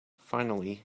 finally